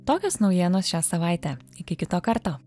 tokios naujienos šią savaitę iki kito karto